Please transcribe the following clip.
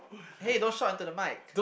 hey don't shout into the mic